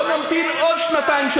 בואו נמתין עוד שנתיים,